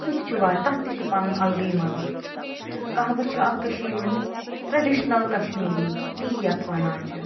سُہ تہِ چھُ وا تتھ تہِ چھُ پنُن الگٕے مزٕ کہوٕ چھِ اکھ کشیٖرِ ہِنٛز ٹرٛٮ۪ڈِشنل کشمیٖری ٹی یتھ ونان چھِ